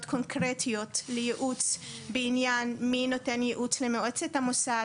קונקרטיות לייעוץ בעניין מי נותן ייעוץ למועצת המוסד?